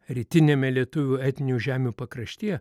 rytiniame lietuvių etninių žemių pakraštyje